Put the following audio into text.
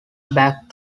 back